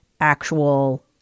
actual